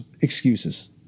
excuses